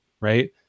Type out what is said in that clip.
right